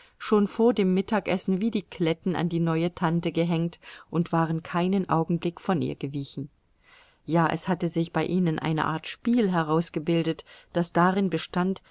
schon vor dem mittagessen wie die kletten an die neue tante gehängt und waren keinen augenblick von ihr gewichen ja es hatte sich bei ihnen eine art spiel herausgebildet das darin bestand